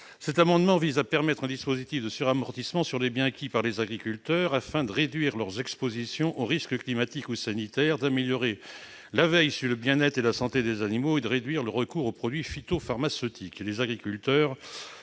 Cet amendement vise à créer un dispositif de suramortissement sur les biens acquis par les agriculteurs, afin de réduire leurs expositions aux risques climatiques ou sanitaires, d'améliorer la veille sur le bien-être et la santé des animaux et de réduire le recours aux produits phytopharmaceutiques.